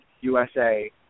USA